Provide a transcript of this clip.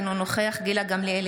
אינו נוכח גילה גמליאל,